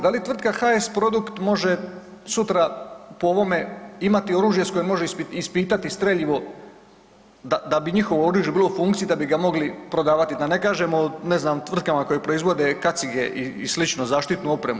Da li tvrtka HS Produkt može sutra po ovome imati oružje s kojim može ispitati streljivo da, da bi njihovo oružje bilo u funkciji da bi ga mogli prodavati, da ne kažemo, ne znam, tvrtkama koje proizvode kacige i sličnu zaštitnu opremu.